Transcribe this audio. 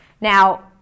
Now